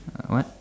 uh what